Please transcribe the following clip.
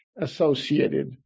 associated